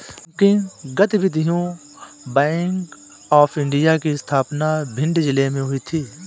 banking गतिविधियां bank of India की स्थापना भिंड जिले में हुई थी